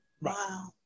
wow